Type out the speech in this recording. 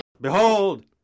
Behold